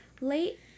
late